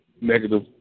negative